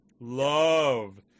Love